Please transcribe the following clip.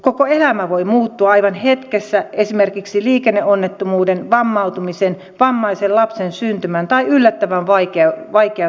koko elämä voi muuttua aivan hetkessä esimerkiksi liikenneonnettomuuden vammautumisen vammaisen lapsen syntymän tai yllättävän vaikean sairauden myötä